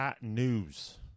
News